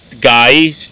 guy